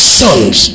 sons